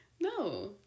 No